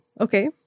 okay